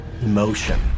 emotion